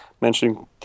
Mentioning